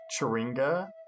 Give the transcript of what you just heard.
Chiringa